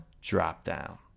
drop-down